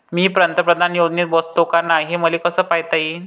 मी पंतप्रधान योजनेत बसतो का नाय, हे मले कस पायता येईन?